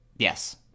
Yes